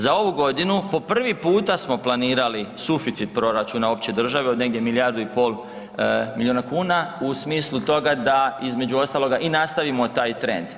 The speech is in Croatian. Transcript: Za ovu godinu po prvi puta smo planirali suficit proračuna opće države od negdje milijardu i pol milijuna kuna u smislu toga da, između ostaloga i nastavimo taj trend.